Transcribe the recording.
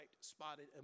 spotted